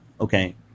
okay